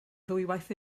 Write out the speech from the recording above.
ddwywaith